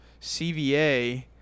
CVA